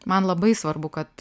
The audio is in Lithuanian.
man labai svarbu kad